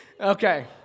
Okay